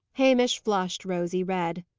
hamish flushed rosy red.